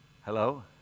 Hello